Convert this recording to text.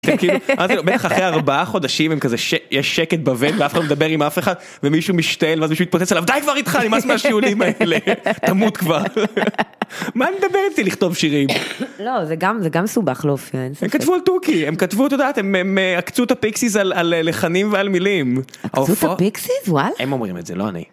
בערך אחרי ארבעה חודשים עם כזה יש שקט בבית ואף אחד מדבר עם אף אחד ומישהו משעל ואז מישהו מתפוצץ עליו די כבר איתך נמאס מהשיעולים האלה תמות כבר מה אני מדבר איתי לכתוב שירים. לא זה גם זה גם מסובך להופיע הם כתבו את טורקי הם כתבו את יודעת הם עקצו את הפיקסיס על לחנים ועל מילים הם אומרים את זה לא אני.